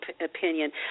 opinion